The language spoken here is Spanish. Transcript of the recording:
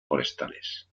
forestales